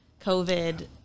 COVID